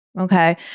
Okay